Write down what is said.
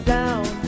down